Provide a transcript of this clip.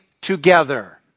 together